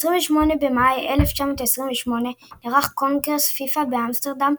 ב-28 במאי 1928 נערך קונגרס פיפ"א באמסטרדם,